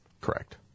Correct